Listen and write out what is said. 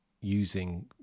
using